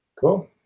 Cool